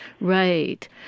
Right